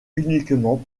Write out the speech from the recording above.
uniquement